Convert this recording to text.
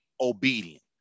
obedient